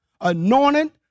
anointed